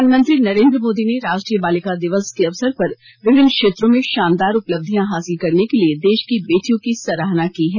प्रधानमंत्री नरेन्द्र मोदी ने राष्ट्रीय बालिका दिवस के अवसर पर विभिन्न क्षेत्रों में शानदार उपलब्धियां हासिल करने के लिए देश की बेटियों की सराहना की है